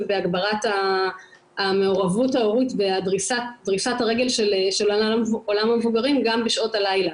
בהגברת המעורבות ההורית ודריסת הרגל של עולם המבוגרים גם בשעות הלילה.